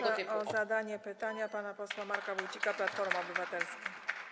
Proszę o zadanie pytania pana posła Marka Wójcika, Platforma Obywatelska.